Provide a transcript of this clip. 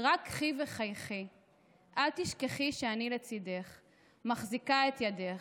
/ רק קחי וחייכי / אל תשכחי שאני לצידך / מחזיקה את ידך.